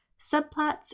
subplots